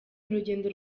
urugendo